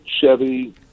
Chevy